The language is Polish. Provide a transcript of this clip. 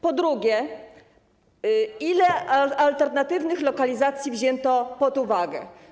Po drugie, ile alternatywnych lokalizacji wzięto pod uwagę?